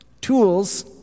Tools